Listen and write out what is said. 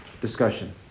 discussion